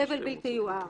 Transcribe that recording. סבל בלתי יתואר.